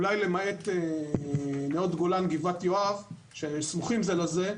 אולי למעט נאות גולן וגבעת יואב שסמוכים זה לזה,